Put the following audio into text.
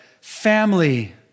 family